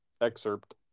excerpt